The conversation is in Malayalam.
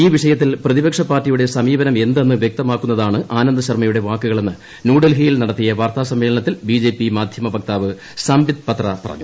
ഈ വിഷയത്തിൽ പ്രതിപക്ഷ പാർട്ടിയുടെ സമീപനമെന്തെന്ന് ശർമ്മയുടെ വ്യക്തമാക്കുന്നതാണ് ആനന്ദ് വാക്കുകളെന്ന് ന്യൂഡൽഹിയിൽ നടത്തിയ വാർത്താ സമ്മേളനത്തിൽ ബിജെപി മാധ്യമവക്താവ് സംബിത് പത്ര പറഞ്ഞു